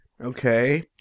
Okay